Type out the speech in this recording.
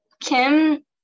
Kim